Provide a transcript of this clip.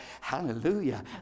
Hallelujah